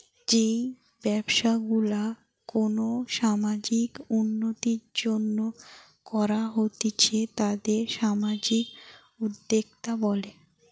যেই ব্যবসা গুলা কোনো সামাজিক উন্নতির জন্য করা হতিছে তাকে সামাজিক উদ্যোক্তা বলে